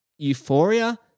Euphoria